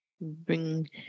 Bring